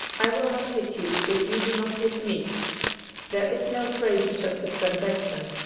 i will not hit you if you do not hit me there is no trace of such a trans action.